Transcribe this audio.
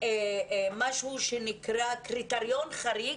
משהו שנקרא קריטריון חריג,